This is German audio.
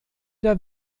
der